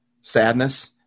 sadness